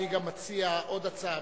אני גם מציע עוד הצעה,